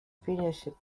finished